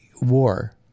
war